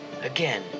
Again